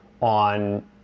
on